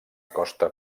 costa